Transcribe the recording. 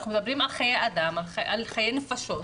אנחנו מדברים על חיי אדם, על חיי נפשות,